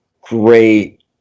great